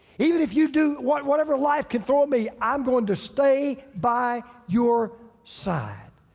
even if you do whatever life can throw me i'm going to stay by your side.